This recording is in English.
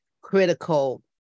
critical